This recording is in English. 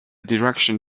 direction